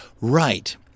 Right